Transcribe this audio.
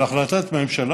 של החלטת ממשלה,